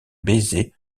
baiser